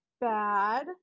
bad